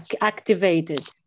activated